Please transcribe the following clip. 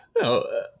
no